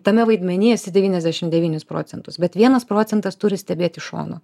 tame vaidmeny esi devyniasdešim devynis procentus bet vienas procentas turi stebėt iš šono